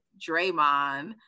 Draymond